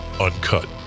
uncut